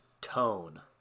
tone